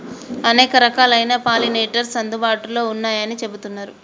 అనేక రకాలైన పాలినేటర్స్ అందుబాటులో ఉన్నయ్యని చెబుతున్నరు